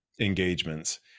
engagements